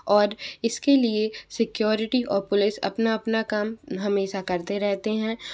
और इस के लिए सिक्योरिटी और पुलिस अपना अपना काम हमेशा करते रहते हैं